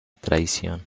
traición